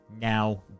now